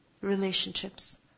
Relationships